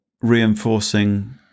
reinforcing